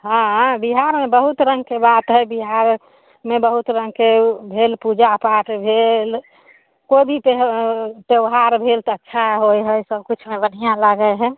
हँ अऽ बिहारमे बहुत रङ्गके बात हइ बिहारमे बहुत रङ्गके भेल पूजा पाठ भेल कोइ भी त्यो त्योहार भेल तऽ अच्छा होइ हइ सबकिछुमे बढ़िआँ लागै हइ